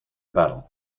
battle